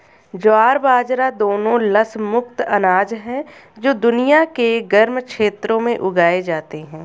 ज्वार बाजरा दोनों लस मुक्त अनाज हैं जो दुनिया के गर्म क्षेत्रों में उगाए जाते हैं